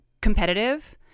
competitive